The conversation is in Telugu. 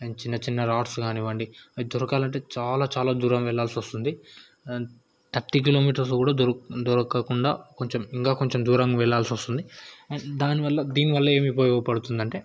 అండ్ చిన్న చిన్న రాడ్స్ కానివ్వండి అది దొరకాలి అంటే చాలా చాలా దూరం వెళ్ళాల్సి వస్తుంది థర్టీ కిలోమీటర్స్లో కూడా దొరుకు దొరకకుండా కొంచెం ఇంకా కొంచెం దూరం వెళ్ళాల్సి వస్తుంది వెళ్ళాల్సి వస్తుంది దాని వల్ల దీని వల్ల ఏమీ ఉపయోగపడుతుందంటే